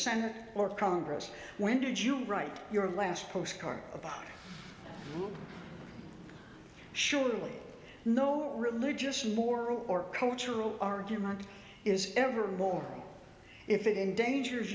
senate or congress when did you write your last postcard about surely no religious moral or cultural argument is ever more if it endangers